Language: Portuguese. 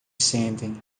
sentem